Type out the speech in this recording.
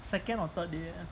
second or third day